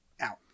out